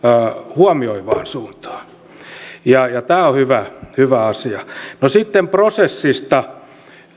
huomioivaan suuntaan tämä on hyvä hyvä asia no sitten prosessista